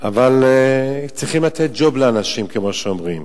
אבל צריכים לתת ג'וב לאנשים, כמו שאומרים.